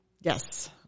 Yes